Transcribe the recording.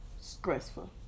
Stressful